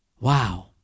Wow